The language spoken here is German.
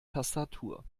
tastatur